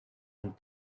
and